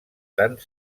tant